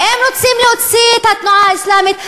ואם רוצים להוציא את התנועה האסלאמית,